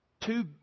two